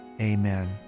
Amen